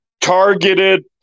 targeted